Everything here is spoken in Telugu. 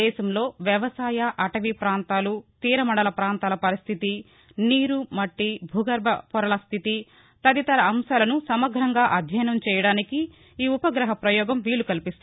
దేశంలో వ్యవసాయ అటవీ ప్రాంతాలు తీర మండల ప్రాంతాల పరిస్వితి నీరు మట్లి భూగర్బ పొరల స్లితి తదితర అంశాలను సమగ్రంగా అధ్యయనం చేయడానికి ఈ ఉపగ్రహ పయోగం వీలు కల్పిస్తుంది